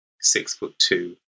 six-foot-two